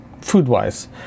food-wise